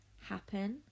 happen